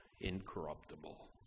incorruptible